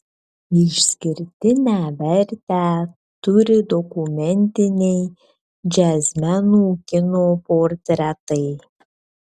išskirtinę vertę turi dokumentiniai džiazmenų kino portretai